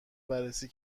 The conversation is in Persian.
بررسی